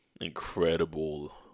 incredible